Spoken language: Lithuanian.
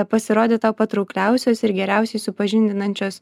pasirodė tau patraukliausios ir geriausiai supažindinančios